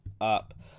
up